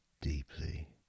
deeply